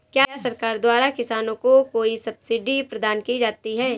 क्या सरकार द्वारा किसानों को कोई सब्सिडी प्रदान की जाती है?